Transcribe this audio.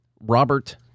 Robert